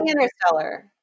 Interstellar